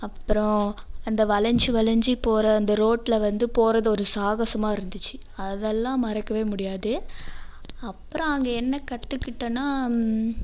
அப்பறம் அந்த வளைஞ்சி வளைஞ்சி போகிற அந்த ரோட்டில் வந்து போகிறது ஒரு சாகசமாக இருந்துச்சு அதெல்லாம் மறக்கவே முடியாது அப்பறம் அங்கே என்ன கற்றுக்கிட்டன்னா